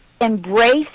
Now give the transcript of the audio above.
Embrace